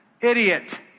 idiot